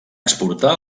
exportar